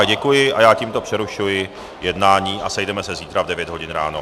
Děkuji a tímto přerušuji jednání a sejdeme se zítra v 9 hodin ráno.